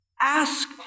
Ask